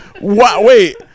Wait